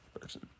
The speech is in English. person